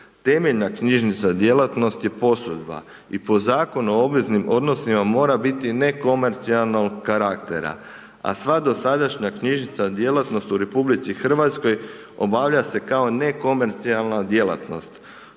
Temeljna knjižnična djelatnost je posudba i po Zakonu o obveznim odnosima, mora biti nekomercijalnog karaktera. A sva dosadašnja knjižnična djelatnost u RH obavlja se kao nekomercijalna djelatnosti,